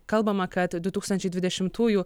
kalbama kad du tūkstančiai dvidešimtųjų